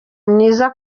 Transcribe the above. myiza